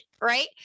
right